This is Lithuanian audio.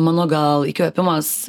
mano gal įkvėpimas